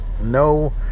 No